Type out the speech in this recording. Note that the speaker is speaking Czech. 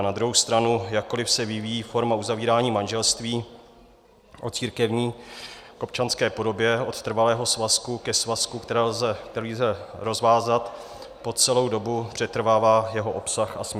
Na druhou stranu jakkoliv se vyvíjí forma uzavírání manželství od církevní k občanské podobě, od trvalého svazku ke svazku, který lze rozvázat, po celou dobu přetrvává jeho obsah a smysl.